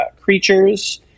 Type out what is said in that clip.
creatures